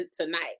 tonight